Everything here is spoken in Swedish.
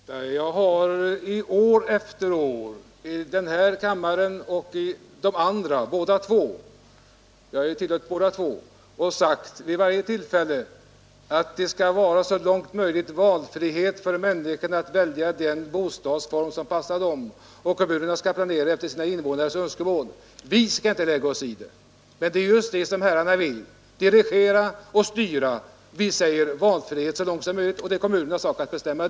Herr talman! Detta är märkligt! Jag har år efter år i denna kammare och i de andra kamrarna jag har tillhört båda två — sagt att människorna så långt möjligt skall ha valfrihet när det gäller att avgöra vilken bostadsform som passar dem och att kommunerna skall planera efter sina invånares önskemål; vi skall inte lägga oss i det. Men det är precis vad herrarna vill göra: dirigera och styra! Vi säger: Valfrihet så långt som möjligt; det är kommunernas sak att bestämma.